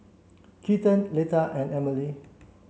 Keaton Leta and Emelie